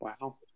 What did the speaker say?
Wow